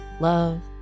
love